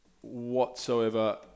whatsoever